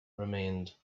remained